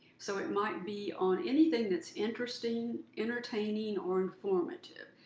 so it might be on anything that's interesting, entertaining, or informative.